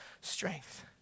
strength